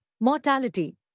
mortality